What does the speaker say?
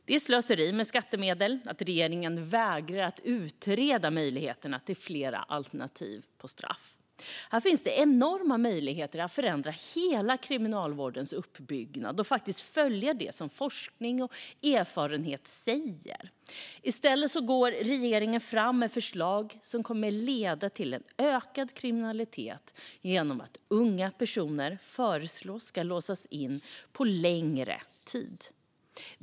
Det är slöseri med skattemedel att regeringen vägrar att utreda möjligheterna till flera alternativa straff. Här finns det enorma möjligheter att förändra hela kriminalvårdens uppbyggnad och att faktiskt följa det som forskning och erfarenhet säger. I stället går regeringen fram med förslag som kommer att leda till en ökad kriminalitet genom att unga personer föreslås låsas in på längre tid.